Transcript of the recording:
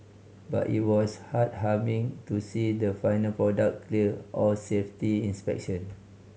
but it was heartwarming to see the final product clear all safety inspection